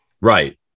Right